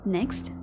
Next